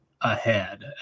ahead